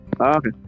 Okay